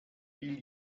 will